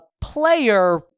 player